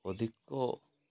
ଅଧିକ